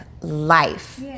life